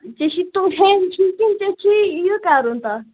ژےٚ چھُے توہیٖم چھِی کِنہٕ ژےٚ چھِی یہِ کَرُن تتھ